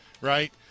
right